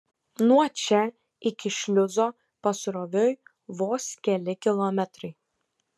nuo čia iki šliuzo pasroviui vos keli kilometrai